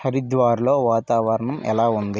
హరిద్వార్లో వాతావరణం ఎలా ఉంది